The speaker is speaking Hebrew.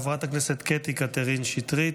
חברת הכנסת קטי קטרין שטרית,